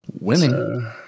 Winning